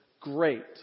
great